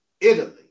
Italy